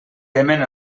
temen